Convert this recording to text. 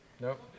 Nope